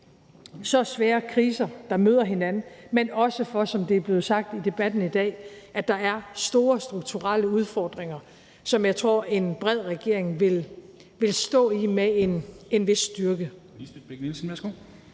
så svære kriser, der møder hinanden, men også, som det er blevet sagt i debatten i dag, fordi der er store strukturelle udfordringer, som jeg tror en bred regering ville stå i med en vis styrke.